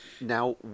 Now